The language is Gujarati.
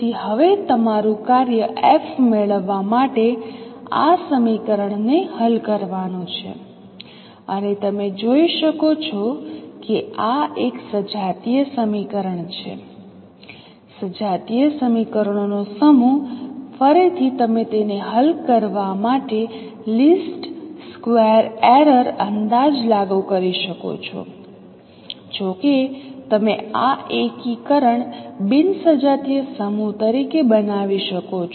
તેથી હવે તમારું કાર્ય f મેળવવા માટે આ સમીકરણને હલ કરવાનું છે અને તમે જોઈ શકો છો કે આ એક સજાતીય સમીકરણ છે સજાતીય સમીકરણોનો સમૂહ ફરીથી તમે તેને હલ કરવા માટે લીસ્ટ સ્કવેર એરર અંદાજ લાગુ કરી શકો છો જો કે તમે આ એકીકરણ બિન સજાતીય સમૂહ તરીકે બનાવી શકો છો